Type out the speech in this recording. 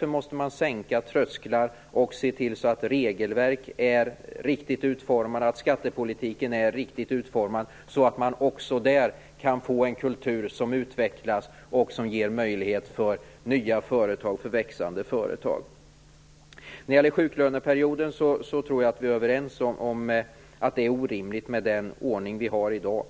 Man måste därför sänka trösklar och se till att regelverk och skattepolitik är riktigt utformade, så att man också i de områdena kan få en kultur som utvecklas och som ger möjlighet till nya och växande företag. Vad gäller sjuklöneperioden tror jag att vi är överens om att den ordning som råder i dag är orimlig.